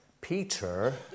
Peter